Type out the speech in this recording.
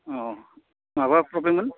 अह माबा प्रब्लेममोन